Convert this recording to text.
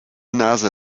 nase